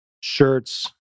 shirts